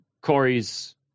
Corey's